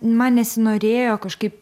man nesinorėjo kažkaip